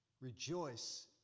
Rejoice